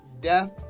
death